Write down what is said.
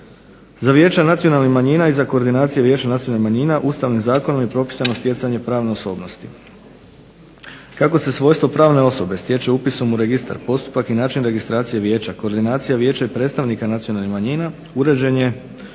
Za vijeća nacionalnih manjina i za koordinacije vijeća nacionalnih manjina Ustavnim zakonom je propisano stjecanje pravne osobnosti. Kako se svojstvo pravne osobe stječe upisom u Registar, postupak i način registracije vijeća, koordinacija vijeća i predstavnika nacionalnih manjina uređen je